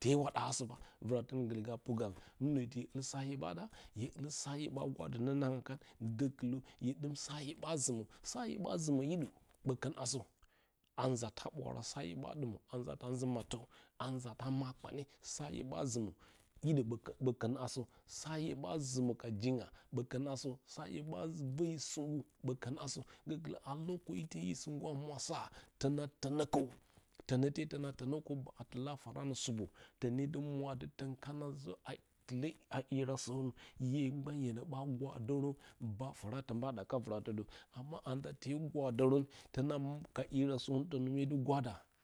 tewaɗa wə vrartɨung gu purgə hangh to da sa hye ɓa ɗa, hye sa hye ɓa gwadə nononga kan gokulə hye dɨm sa hye ɓa zimə sa hye ɓa zimə hidə bə kon asə, a nzata bwaara sa hye ɓa ɗumə a nzatɨ nzi mattə, a nzata makpane sa hye ɓa zimə hidə bo kon aso, sa hye ɓa zimə ka jinya ɓə kon asə sa hye ɓa roh hye singu ɓo kon asə gokwə a hye gingu a mwasara ton tonokəkəw, tonote tona tonə kəw batila a foranə supə tonedo mura ati tun kawa zo a filə na irasərə hye gban hyenə ba gwadorən hye gban hyenə ba gwadorən ba fora to ɓa daka vratə də anda te gwadoron ka irasərən tonə hiy du gurada.